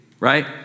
Right